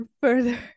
further